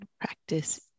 Practice